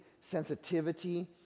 sensitivity